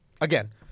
again